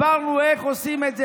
דיברנו על איך עושים את זה,